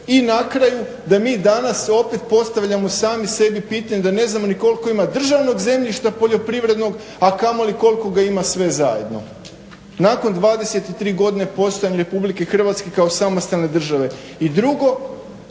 i na kraju da mi danas opet postavljamo sami sebi pitanje da ne znamo ni koliko ima državnog zemljišta poljoprivrednog, a kamoli koliko ga ima sve zajedno nakon 23 godine postojanja RH kao samostalne države. I drugo,